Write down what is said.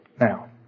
Now